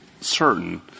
certain